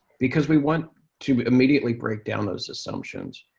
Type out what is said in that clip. because we want to immediately break down those assumptions.